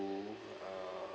uh